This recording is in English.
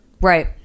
right